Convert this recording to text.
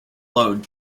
load